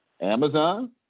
Amazon